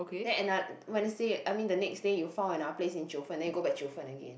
then ano~ Wednesday I mean the next day you found another place in Jiufen then you go back Jiufen again